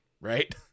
Right